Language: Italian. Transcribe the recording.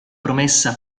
promessa